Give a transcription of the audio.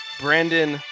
Brandon